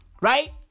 right